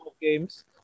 games